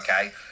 Okay